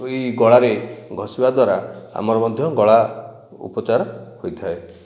ଏଇ ଗଳାରେ ଘଷିବା ଦ୍ଵାରା ଆମର ମଧ୍ୟ ଗଳା ଉପଚାର ହୋଇଥାଏ